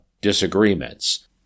disagreements